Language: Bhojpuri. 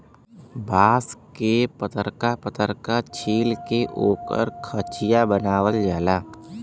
बांस के पतरका पतरका छील के ओकर खचिया बनावल जाला